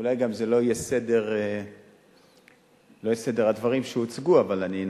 זה אולי לא יהיה בסדר הדברים שהוצגו, אבל אנסה.